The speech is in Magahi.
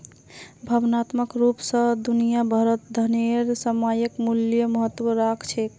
भावनात्मक रूप स दुनिया भरत धनेर सामयिक मूल्य महत्व राख छेक